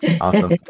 Awesome